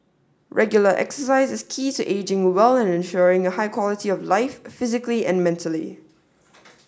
regular exercise is key to ageing well and ensuring a high quality of life physically and mentally